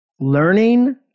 Learning